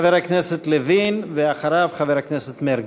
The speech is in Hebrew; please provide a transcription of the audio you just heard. חבר הכנסת לוין, ואחריו חבר הכנסת מרגי.